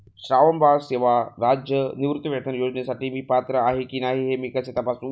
श्रावणबाळ सेवा राज्य निवृत्तीवेतन योजनेसाठी मी पात्र आहे की नाही हे मी कसे तपासू?